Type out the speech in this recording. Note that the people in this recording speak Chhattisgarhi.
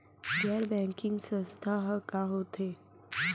गैर बैंकिंग संस्था ह का होथे?